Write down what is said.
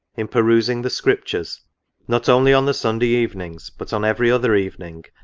in perusing the scriptures not only on the sunday evenings, but on every other evening,